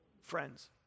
friends